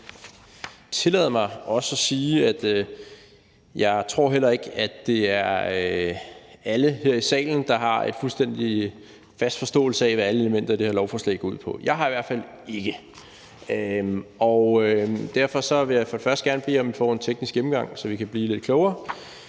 vil tillade mig også at sige, at jeg heller ikke tror, at det er alle her i salen, der har en fuldstændig fast forståelse af, hvad alle elementer i det her lovforslag går ud på. Jeg har i hvert fald ikke. Derfor vil jeg først gerne bede om, at vi får en teknisk gennemgang, så vi kan blive lidt klogere.